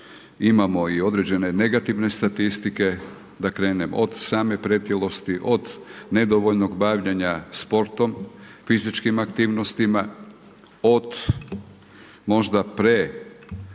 imamo i određene negativne statistike, da krenem od same pretilosti, od nedovoljnog bavljenja sportom, fizičkim aktivnostima, od možda pre